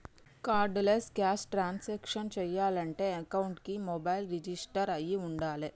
cardless cash transactions చెయ్యాలంటే అకౌంట్కి mobile register అయ్యి వుండాలే